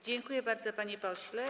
Dziękuję bardzo, panie pośle.